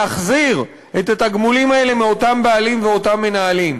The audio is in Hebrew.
להחזיר את התגמולים האלה מאותם בעלים ואותם מנהלים.